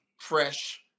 fresh